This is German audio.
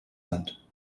land